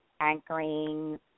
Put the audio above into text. anchoring